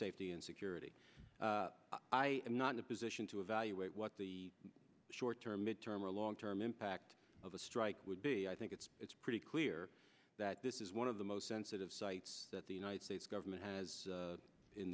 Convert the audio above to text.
safety and security i am not in a position to evaluate what the short term mid term or long term impact of a strike would be i think it's it's pretty clear that this is one of the most sensitive sites that the united states government has